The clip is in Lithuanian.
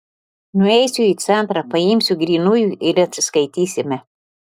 nueisiu į centrą paimsiu grynųjų ir atsiskaitysime